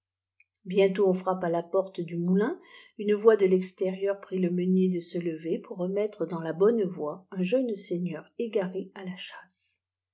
bientôt on frappe à la porte du moulin une voix de l'extérieur prit le meupier de se lever ppur pc pj dsq jla bppne yoie up jeupe seigneur éo aré à la chasse